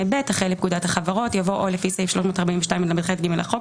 (ב) אחרי "לפקודת החברות" יבוא "או לפי סעיף 342לח(ג) לחוק.